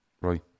Right